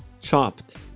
chopped